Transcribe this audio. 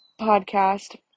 podcast